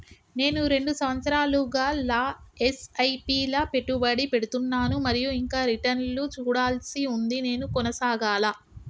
నేను రెండు సంవత్సరాలుగా ల ఎస్.ఐ.పి లా పెట్టుబడి పెడుతున్నాను మరియు ఇంకా రిటర్న్ లు చూడాల్సి ఉంది నేను కొనసాగాలా?